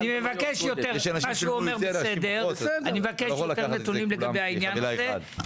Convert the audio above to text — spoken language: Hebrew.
אני מבקש יותר נתונים לגבי העניין הזה.